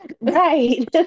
Right